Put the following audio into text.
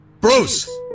Bruce